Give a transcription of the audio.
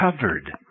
covered